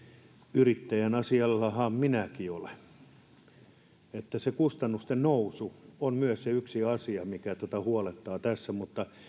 yrittäjän asiallahan minäkin olen myös se kustannusten nousu on yksi asia mikä huolettaa tässä mutta